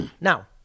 Now